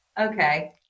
okay